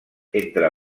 entre